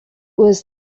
was